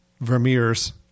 Vermeer's